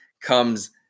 comes